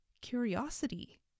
curiosity